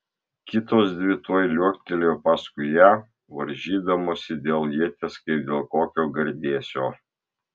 kitos dvi tuoj liuoktelėjo paskui ją varžydamosi dėl ieties kaip dėl kokio gardėsio